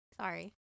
Sorry